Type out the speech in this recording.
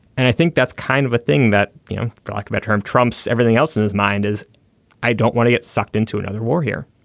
and i think that's kind of a thing that you know like about term trumps everything else in his mind is i don't want to get sucked into another war here